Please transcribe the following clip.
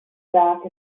dark